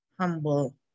humble